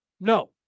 No